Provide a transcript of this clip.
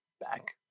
back